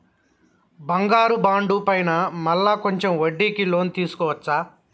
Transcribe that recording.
బంగారు బాండు పైన మళ్ళా కొంచెం వడ్డీకి లోన్ తీసుకోవచ్చా?